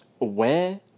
aware